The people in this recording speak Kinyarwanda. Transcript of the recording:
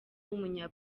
w’umunya